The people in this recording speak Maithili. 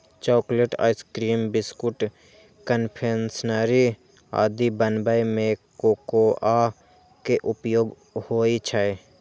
चॉकलेट, आइसक्रीम, बिस्कुट, कन्फेक्शनरी आदि बनाबै मे कोकोआ के उपयोग होइ छै